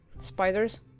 spiders